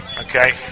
Okay